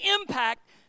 impact